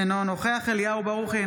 אינו נוכח אליהו ברוכי,